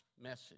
message